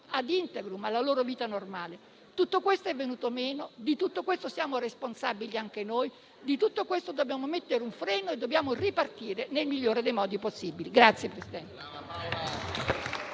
*ad integrum*, ovvero alla loro vita normale. Tutto questo è venuto meno e di tutto questo siamo responsabili anche noi. A tutto questo dobbiamo mettere un freno e dobbiamo ripartire nel miglior modo possibile.